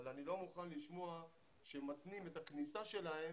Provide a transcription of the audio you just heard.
אבל אני לא מוכן לשמוע שמתנים את הכניסה שלהם